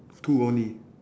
two only